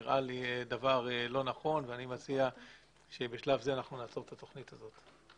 נראה לי דבר לא נכון ואני מציע שבשלב זה אנחנו נעצור את התוכנית הזאת.